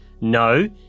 No